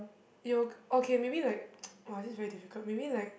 yo~ okay maybe like !wah! this is very difficult maybe like